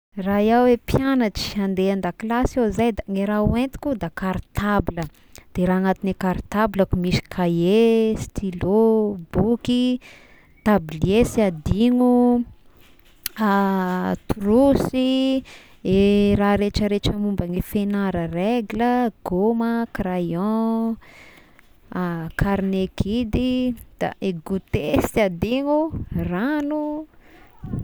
Raha iaho mpianatry handeha an-dakilasy iaho zay da ny raha hoentiko da kartabla da raha agnatin'ny kartablako misy kahier, stylo, boky, tablier sy adino trousse-y, e raha retraretra momba ny fiagnarana régle, goma, crayon, karne kidy da i gouter sy adigno, ragno.